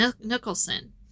Nicholson